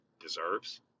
deserves